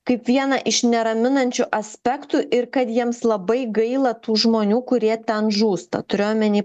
kaip vieną iš neraminančių aspektų ir kad jiems labai gaila tų žmonių kurie ten žūsta turiu omeny